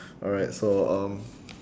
alright so um